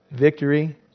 Victory